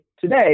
today